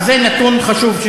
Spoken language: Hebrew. זה נתון חשוב,